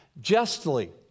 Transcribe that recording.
justly